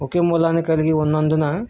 ఒకే మూలాన్ని కలిగి ఉన్నందున